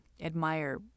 admire